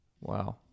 Wow